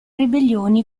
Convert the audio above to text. ribellioni